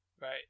Right